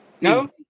No